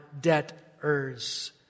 debtors